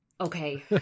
Okay